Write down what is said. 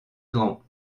grand